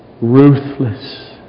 ruthless